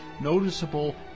noticeable